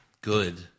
Good